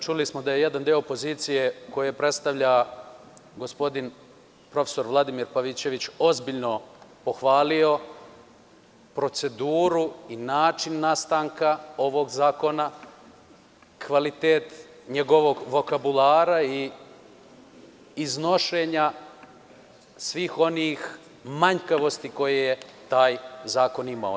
Čuli smo da je jedan deo opozicije, koji predstavlja gospodin Vladimir Pavićević, ozbiljno pohvalio proceduru i način nastanka ovog zakona, kvalitet njegovog vokabulara i iznošenja svih onih manjkavosti koje je taj zakon imao.